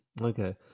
Okay